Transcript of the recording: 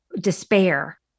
despair